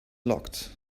locked